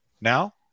now